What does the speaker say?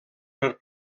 per